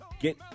get